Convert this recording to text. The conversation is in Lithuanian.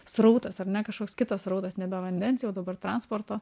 srautas ar ne kažkoks kitas srautas nebe vandens jau dabar transporto